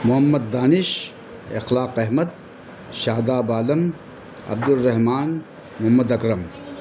Muhammad Danish Akhlaq Ahmed Shadab Alam Abdur Rahman Mohammad Akram